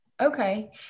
Okay